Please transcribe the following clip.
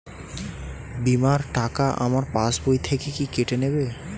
বিমার টাকা আমার পাশ বই থেকে কি কেটে নেবে?